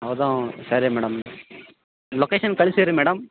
ಹೌದಾ ಹ್ಞೂಂ ಸರಿ ಮೇಡಮ್ ಲೊಕೇಶನ್ ಕಳಿಸಿರಿ ಮೇಡಮ್